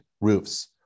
roofs